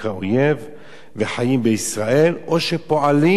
ומי שחיים בישראל או שפועלים בשמה,